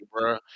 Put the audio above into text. bro